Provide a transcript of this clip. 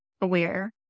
aware